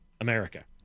America